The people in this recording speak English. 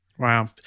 Wow